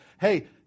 Hey